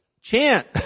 chant